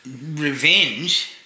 revenge